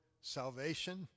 salvation